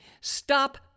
Stop